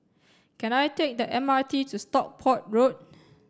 can I take the M R T to Stockport Road